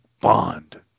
Bond